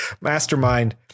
Mastermind